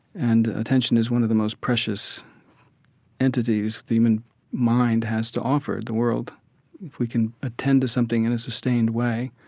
and attention is one of the most precious entities the human mind has to offer the world. if we can attend to something in a sustained way,